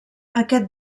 aquest